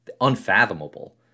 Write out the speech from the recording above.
unfathomable